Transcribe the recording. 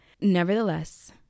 Nevertheless